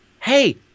hey